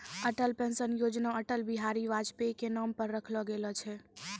Atal pension योजना अटल बिहारी वाजपेई के नाम पर रखलो गेलो छै